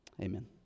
amen